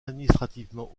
administrativement